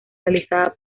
realizada